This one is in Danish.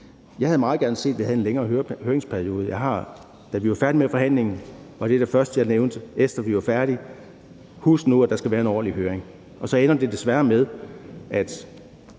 Jeg havde meget gerne set, at vi havde en længere høringsperiode. Da vi var færdige med forhandlingen, var det første, jeg nævnte, efter vi var færdige: Husk nu, at der skal være en ordentlig høring. Og så ender det desværre med, at